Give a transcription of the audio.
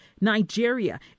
Nigeria